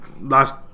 last